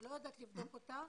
אני לא יודעת לבדוק אותה.